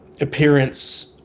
appearance